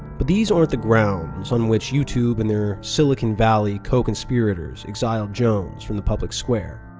but these aren't the grounds on which youtube and their silicon valley co-conspirators exiled jones from the public square.